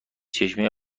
چشمه